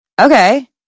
okay